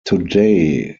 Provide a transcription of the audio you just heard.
today